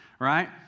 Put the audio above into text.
Right